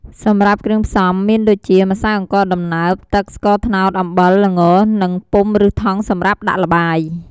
សម្រាប់គ្រឿងផ្សំមានដូចជា ម្សៅអង្ករដំណើប ទឹក ស្ករត្នោត អំបិល ល្ង និងពុម្ពឬថង់សម្រាប់ដាក់ល្បាយ។